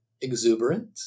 exuberant